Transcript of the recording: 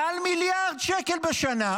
מעל מיליארד שקל בשנה